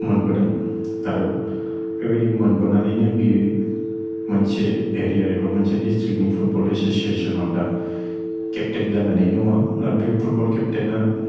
मोनबोदों आरो बेबायदि मोनबोनानैनो बे मोनसे एरिया एबा मोनसे डिस्ट्रि्क्टनि फुटबल एसेसिएशनाव दा केपटेन जानानै दङ बे फुटबल केपटेना